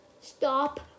Stop